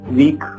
weak